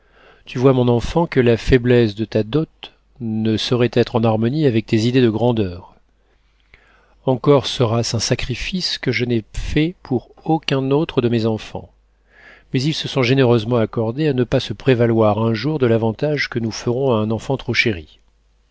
tu vois mon enfant que la faiblesse de ta dot ne saurait être en harmonie avec tes idées de grandeur encore sera-ce un sacrifice que je n'ai fait pour aucun autre de mes enfants mais ils se sont généreusement accordés à ne pas se prévaloir un jour de l'avantage que nous ferons à un enfant trop chéri